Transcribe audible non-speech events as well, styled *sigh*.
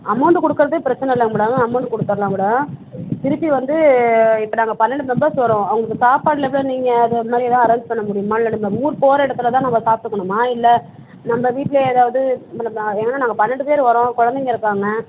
amount கொடுக்குறது பிரச்சனை இல்லை மேடம் அமௌண்டு கொடுத்துர்லாம் மேடம் திருப்பி வந்து இப்போ நாங்கள் பன்னெண்டு மெம்பர்ஸ் வர்றோம் அவங்களுக்கு சாப்பாடுலாம் எதுவும் நீங்கள் அது மாதிரி எதுவும் அரேஞ்ச் பண்ண முடியுமா இல்லைனா *unintelligible* ஊர் போகிற இடத்துல தான் நாங்கள் சாப்பிட்டுக்கணுமா இல்லை நம்ம வீட்டுலேயே ஏதாவது ஏன்னா நாங்கள் பன்னெண்டு பேர் வர்றோம் குழந்தைங்க இருக்காங்க